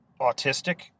autistic